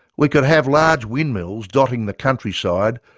we could have large windmills dotting the countryside,